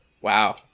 Wow